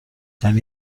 یعنی